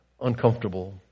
uncomfortable